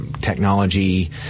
technology